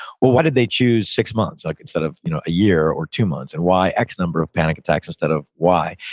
did they choose six months like instead of you know a year or two months? and why x number of panic attacks instead of why?